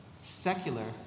Secular